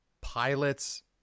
pilots